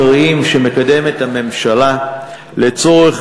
צעדי מדיניות עיקריים שמקדמת הממשלה לצורך